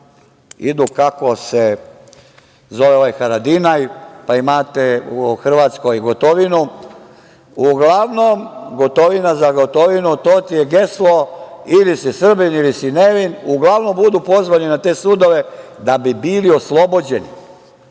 idu, kako se zove, ovaj, Haradinaj, pa imate u Hrvatskoj Gotovinu, uglavnom Gotovina za Gotovinu, to ti je geslo, ili si Srbin ili si nevin, uglavnom budu pozvani na te sudove da bi bili oslobođeni.